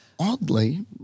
Oddly